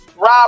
Rob